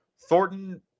Thornton